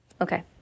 Okay